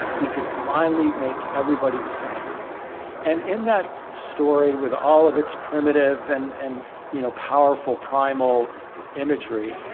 we could finally make everybody the same and in that story with all of its primitive and and, you know, powerful, primal imagery,